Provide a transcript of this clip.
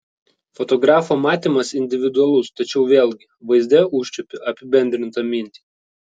fotografo matymas individualus tačiau vėlgi vaizde užčiuopi apibendrintą mintį